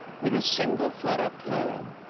with a single furrow plough